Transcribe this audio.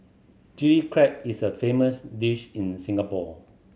Chilli Crab is a famous dish in Singapore